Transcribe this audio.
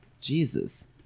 jesus